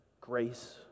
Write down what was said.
grace